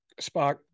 Spock